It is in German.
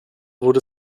wurde